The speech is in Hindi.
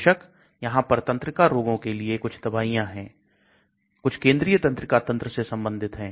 बेशक यहां पर तंत्रिका रोगों के लिए कुछ दवाइयां हैं कुछ केंद्रीय तंत्रिका तंत्र से संबंधित है